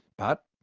but,